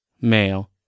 male